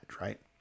right